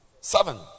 Seven